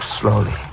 slowly